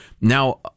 now